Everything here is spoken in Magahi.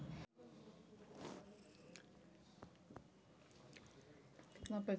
भारत में और्थिक व्यवहार्यता औरो मृदा संरक्षण फसल घूर्णन के बढ़ाबल जा हइ